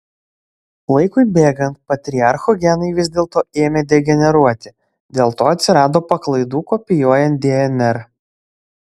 laikui bėgant patriarchų genai vis dėlto ėmė degeneruoti dėl to atsirado paklaidų kopijuojant dnr